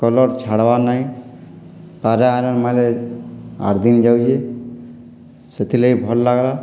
colour ଛାଡ଼୍ବାର୍ ନାହିଁ ପାରା ଆଇରନ୍ ମାର୍ଲେ ଆଠ ଦିନ୍ ଯାଉଛେ ସେଥିରଲାଗି ଭଲ ଲାଗ୍ଲା